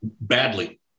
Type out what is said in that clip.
Badly